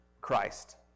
Christ